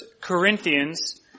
Corinthians